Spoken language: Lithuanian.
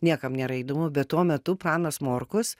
niekam nėra įdomu bet tuo metu pranas morkus